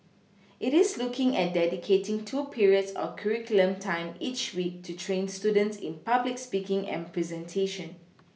it is looking at dedicating two periods of curriculum time each week to train students in public speaking and presentation